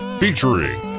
featuring